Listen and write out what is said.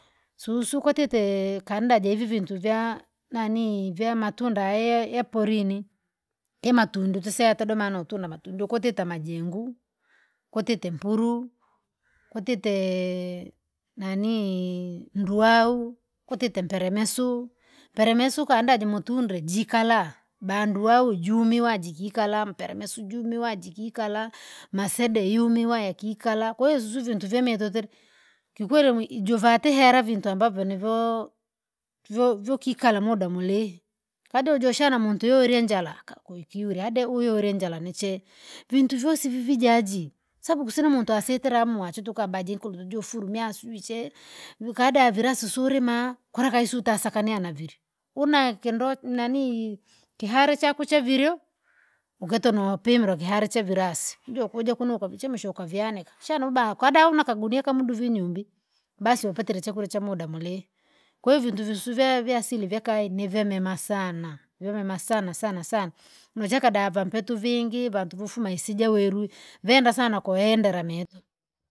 Susu kwatite kanda jaive vintu vyaa nanii vyamatunda yea- yaporini, imatunda tuseye yatedoma nutu namatunda ukutite amajengu; kutite mpuru, kutitee nanii ndwau, kutite mperemesu, mperemesu ukanda jimutundre jikala, banduau jumiwa jikikala mperemesu jumiwa jukikala, masede, yumiwa yakikala. Kwahiyo zuzu vintu vyameto tiri, kiukweli mwi- juvati hera vintu mabavyo nivoo, vyo- vyokikala muda mulihi, kadri ujoshana muntu yorye njaraka kuikyura ade uyule njara nichee, vintu vyosi vivijajiji. Sabu kusina muntu asitira mwachu tukaba njinkulutu jufurumia swiche, vikada vila susu urima! Kura kaisuta sakania na vili, una kindoo nanii, kihara chako chako chaviryo, ukete nopimira kihara chaviresi, jokuja kuno ukivichemsha ukavianika ushana uba ukadauna akagunia kamudu vinyumbii. Basi upatire chakurya cha muda mulihi, koo ivintu visu vya- vyaasili vyakai nivyameme sana, vyamema sana sana sana, nichaka davampetu vingi vantu vofuma isijawerwu, venda sana kuhendera metu.